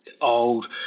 old